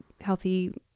healthy